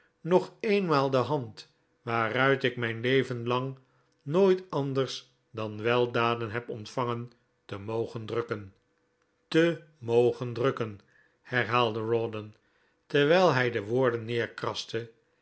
nog eenmaal de hand waaruit ik mijn leven lang nooit anders dan weldaden heb ontvangen te mogen drukken te mogen drukken herhaalde rawdon terwijl hij de woorden